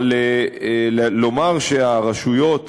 אבל לומר שהרשויות